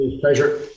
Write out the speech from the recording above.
pleasure